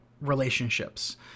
relationships